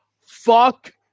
Fuck